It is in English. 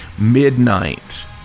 midnight